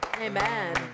Amen